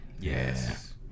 Yes